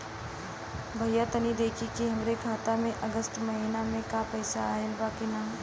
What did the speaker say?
भईया तनि देखती की हमरे खाता मे अगस्त महीना में क पैसा आईल बा की ना?